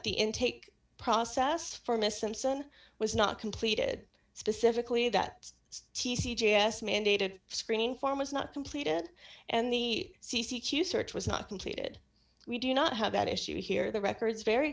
the intake process for miss ansen was not completed specifically that t c j s mandated screening farmers not completed and the c c to search was not completed we do not have at issue here the records very